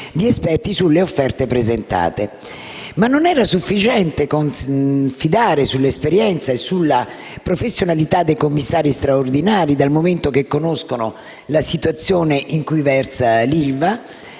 di esperti sulle offerte presentate. Ma non era sufficiente confidare sull'esperienza e sulla professionalità dei commissari straordinari, dal momento che conoscono la situazione in cui versa l'ILVA?